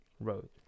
road